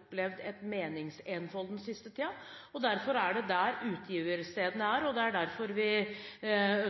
opplevd et meningsenfold den siste tiden. Det er der utgivelsstedene er, og derfor